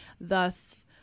Thus